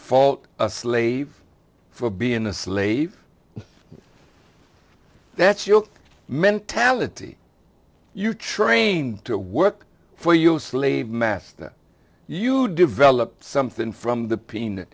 fault a slave for being a slave that's your mentality you trained to work for you slave master you develop something from the peanut